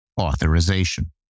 authorization